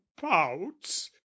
pouts